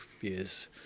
years